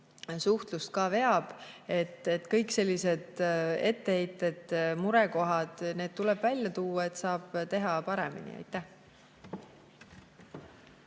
suhtlust veab. Kõik sellised etteheited ja murekohad tuleb välja tuua, et saaks teha paremini. Aitäh!